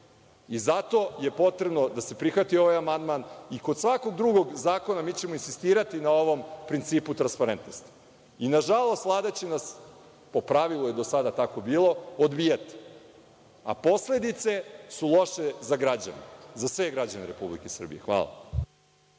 i zato je potrebno da se prihvati ovaj amandman i kod svakog drugog zakona mi ćemo insistirati na ovom principu transparentnosti. Nažalost, Vlada će nas, po pravilu je do sada tako bilo, odbijati, a posledice su loše za građane, za sve građane Republike Srbije. Hvala.